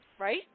Right